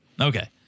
Okay